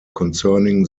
concerning